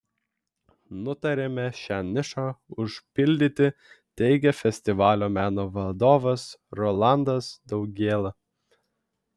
nutarėme šią nišą užpildyti teigė festivalio meno vadovas rolandas daugėla